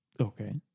Okay